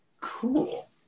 Cool